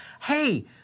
Hey